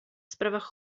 sprawach